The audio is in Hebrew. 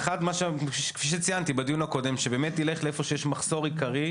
האחד כפי שציינתי בדיון הקודם: שבאמת ילך לאיפה שיש מחסור עיקרי,